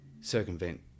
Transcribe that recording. circumvent